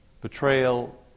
Betrayal